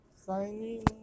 Signing